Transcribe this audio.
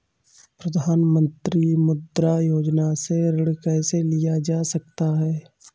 प्रधानमंत्री मुद्रा योजना से ऋण कैसे लिया जा सकता है?